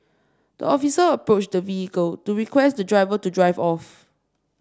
the officer approached the vehicle to request the driver to drive off